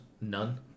none